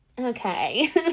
okay